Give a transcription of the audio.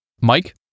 Mike